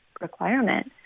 requirement